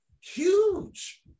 huge